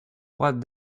what